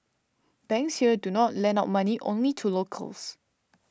banks here do not lend out money only to locals